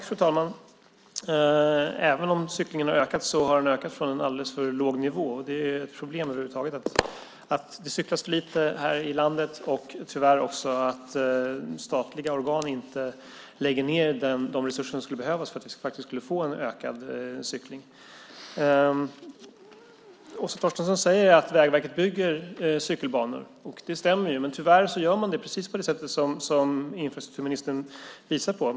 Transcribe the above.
Fru talman! Även om cyklingen ökat har den ökat från en alldeles för låg nivå. Över huvud taget är det ett problem att man cyklar för lite i det här landet och, tyvärr, också att statliga organ inte avsätter de resurser som skulle behövas för att cyklingen ska öka. Åsa Torstensson säger att Vägverket bygger cykelbanor. Det stämmer. Tyvärr görs det på precis det sätt som infrastrukturministern visar på.